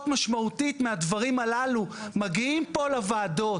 משמעותית מהדברים הללו מגיעות לפה לוועדות,